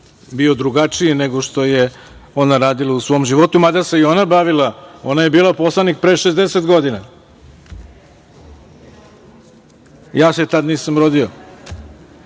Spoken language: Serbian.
bio drugačiji, nego što je ona radila u svom životu, mada se i ona bavila, ona je bila poslanik pre 60 godina. Ja se tad nisam rodio.